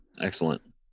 Excellent